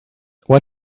what